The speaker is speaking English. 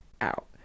out